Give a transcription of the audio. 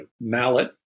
mallet